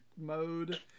mode